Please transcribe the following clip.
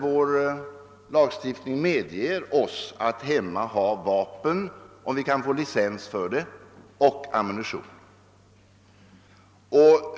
Vår lagstiftning medger oss att hemma ha vapen, om vi kan få licens för dem, och ammunition.